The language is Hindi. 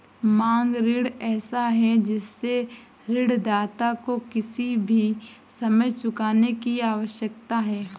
मांग ऋण ऐसा है जिससे ऋणदाता को किसी भी समय चुकाने की आवश्यकता है